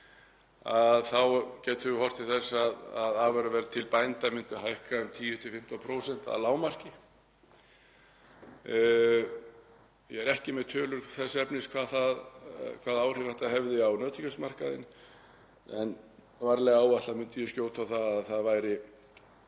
fyrir gætum við horft til þess að afurðaverð til bænda myndi hækka um 10–15% að lágmarki. Ég er ekki með tölur þess efnis hvaða áhrif þetta hefði á nautakjötsmarkaðinn en varlega áætlað myndi ég skjóta á að hægt væri